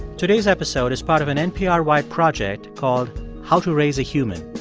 today's episode is part of an npr-wide project called how to raise a human.